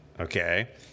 Okay